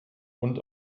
und